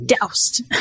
doused